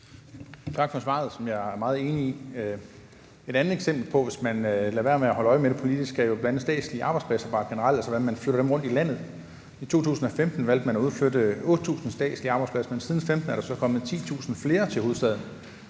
Tak for svaret, som jeg er meget enig i. Et andet eksempel på, hvad der sker, hvis man lader være med at holde øje med det politiske, er jo bl.a. statslige arbejdspladser bare generelt, altså hvordan man flytter dem rundt i landet. I 2015 valgte man at udflytte 8.000 statslige arbejdspladser, men siden 2015 er der så kommet 10.000 flere til hovedstaden,